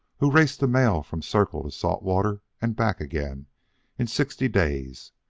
who raced the mail from circle to salt water and back again in sixty days,